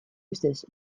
ustez